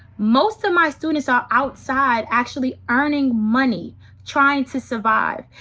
most of my students are outside actually earning money trying to survive.